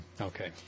Okay